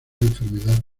enfermedad